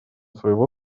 своего